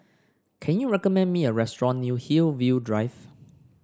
can you recommend me a restaurant near Hillview Drive